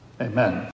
Amen